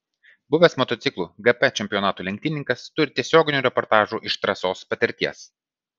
buvęs motociklų gp čempionatų lenktynininkas turi tiesioginių reportažų iš trasos patirties